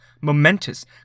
momentous